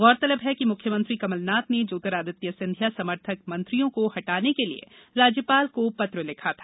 गौरतलब है कि मुख्यमंत्री कमलनाथ ने ज्योतिरादित्य सिंधिया समर्थक मंत्रियों को हटाने के लिए राज्यपाल को पत्र लिखा था